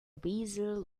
weasel